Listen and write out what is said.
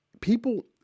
People